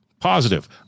positive